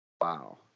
Wow